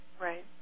Right